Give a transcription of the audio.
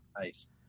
Nice